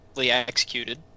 executed